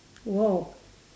!whoa!